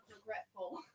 regretful